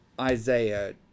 Isaiah